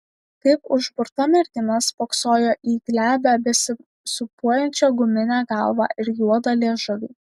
kaip užburta mergina spoksojo į glebią besisūpuojančią guminę galvą ir juodą liežuvį